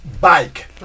bike